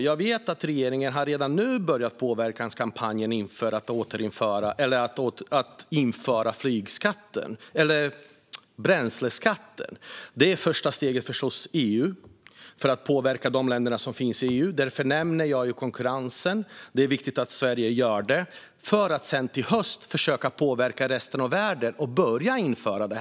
Jag vet att regeringen redan nu har börjat påverkanskampanjen för att införa bränsleskatt. Det första steget är förstås EU för att påverka de länder som finns i EU. Därför nämner jag konkurrensen. Det är viktigt att Sverige gör det för att sedan till hösten försöka påverka resten av världen och börja införa det.